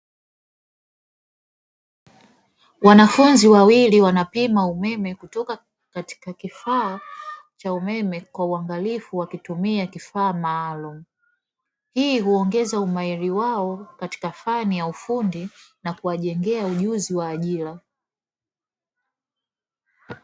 Wanafunzi wawili wanapima umeme kutoka katika kifaa cha umeme kwa uangalifu wakitumia kifaa maalumu, hii huongeza umahiri wao katika fani ya ufundi na kuwajengea ujuzi wa ajira.